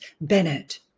Bennett